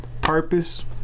purpose